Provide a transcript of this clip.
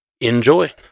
enjoy